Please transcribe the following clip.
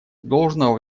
должного